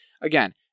again